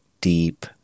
deep